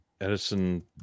Edison